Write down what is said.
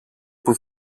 που